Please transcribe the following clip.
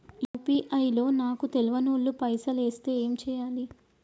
UPI లో నాకు తెల్వనోళ్లు పైసల్ ఎస్తే ఏం చేయాలి?